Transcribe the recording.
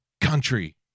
country